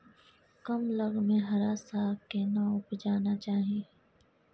कम लग में हरा साग केना उपजाना चाही?